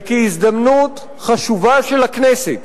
וכהזדמנות חשובה של הכנסת